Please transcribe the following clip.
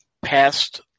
passed